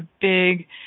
big